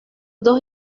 dos